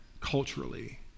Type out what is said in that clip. culturally